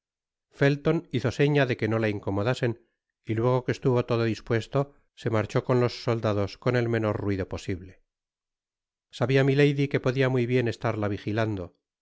felton hizo seña de que no la incomodasen y luego que estuvo todo dispuesto se marchó con los soldados con el menor ruido posible sabia milady que podia muy bien estarla vigilando